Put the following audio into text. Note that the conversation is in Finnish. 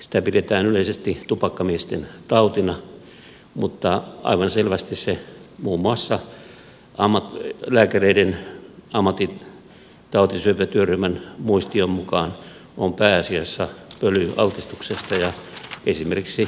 sitä pidetään yleisesti tupakkamiesten tautina mutta aivan selvästi muun muassa lääkäreiden ammattitauti syöpätyöryhmän muistion mukaan se on pääasiassa pölyaltistuksesta ja esimerkiksi kvartsipölystä aiheutuva